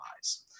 eyes